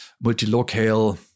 multi-locale